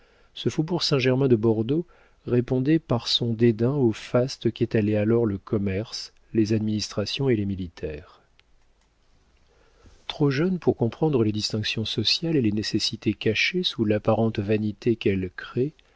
ce faubourg saint-germain de bordeaux répondait par son dédain au faste qu'étalaient alors le commerce les administrations et les militaires trop jeune pour comprendre les distinctions sociales et les nécessités cachées sous l'apparente vanité qu'elles créent